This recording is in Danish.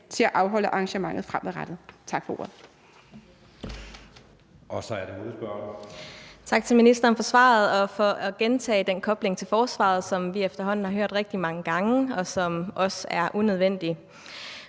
at afholde arrangementet på fremadrettet. Tak for ordet.